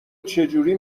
چجوری